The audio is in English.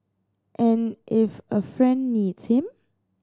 and if a friend needs him